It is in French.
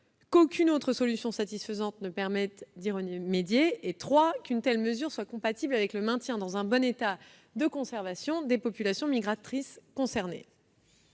qu'aucune autre solution satisfaisante ne permette d'y remédier, et troisièmement, qu'une telle mesure soit compatible avec le maintien dans un bon état de conservation des populations migratrices concernées.